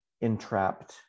entrapped